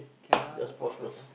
can ah pause first ah